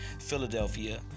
Philadelphia